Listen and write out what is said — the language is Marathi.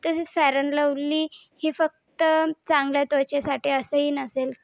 तसेच फेअर अँड लव्हली ही फक्त चांगल्या त्वचेसाठी असंही नसेल